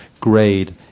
grade